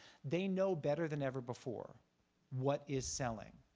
they know better than ever before what is selling.